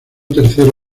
tercero